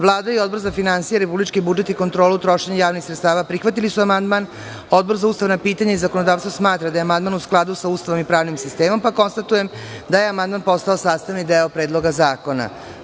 Vlada i Odbor za finansije, republički budžet i kontrola trošenje javnih sredstava prihvatili su amandman, a Odbor za ustavna pitanja i zakonodavstvo smatra da je amandman u skladu sa Ustavom i pravnim sistemom, pa konstatujem da je amandman postao sastavni deo Predloga zakona.